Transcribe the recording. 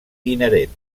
inherent